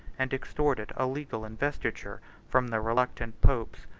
and extorted a legal investiture from the reluctant popes,